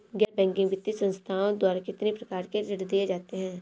गैर बैंकिंग वित्तीय संस्थाओं द्वारा कितनी प्रकार के ऋण दिए जाते हैं?